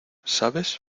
sabes